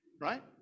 right